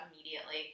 immediately